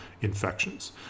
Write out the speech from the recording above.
infections